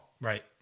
Right